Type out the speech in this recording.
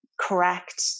correct